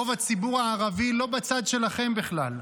רוב הציבור הערבי לא בצד שלכם בכלל,